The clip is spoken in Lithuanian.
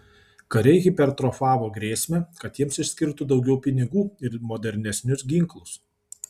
kariai hipertrofavo grėsmę kad jiems išskirtų daugiau pinigų ir modernesnius ginklus